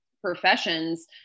professions